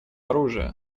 оружия